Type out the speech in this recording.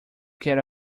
quero